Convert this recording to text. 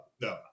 no